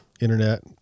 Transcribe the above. internet